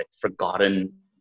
forgotten